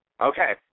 Okay